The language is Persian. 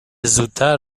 زودتر